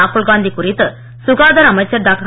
ராகுல் காந்தி குறித்து சுகாதார அமைச்சர் டாக்டர்